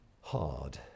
hard